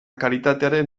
karitatearen